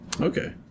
Okay